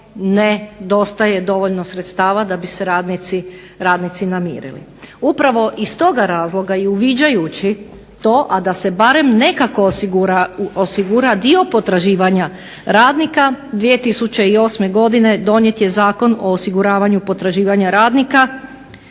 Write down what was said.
nedostaje dovoljno sredstava da bi se radnici namirili. Upravo iz toga razloga i uviđajući to, a da se barem nekako osigura dio potraživanja radnika 2008. godine donijet je Zakon o osiguravanju potraživanja radnika